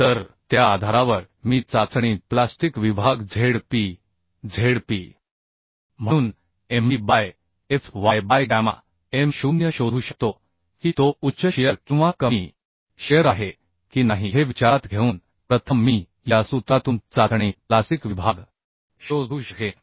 तर त्या आधारावर मी चाचणी प्लास्टिक विभाग Zp Zp म्हणून Md by Fy by gamma M0 शोधू शकतो की तो उच्च शिअर किंवा कमी शिअर आहे की नाही हे विचारात घेऊन प्रथम मी या सूत्रातून चाचणी प्लास्टिक विभाग शोधू शकेन